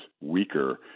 weaker